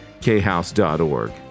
khouse.org